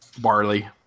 Barley